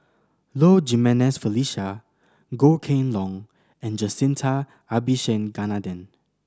Low Jimenez Felicia Goh Kheng Long and Jacintha Abisheganaden